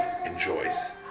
enjoys